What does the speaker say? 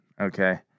Okay